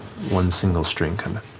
one single string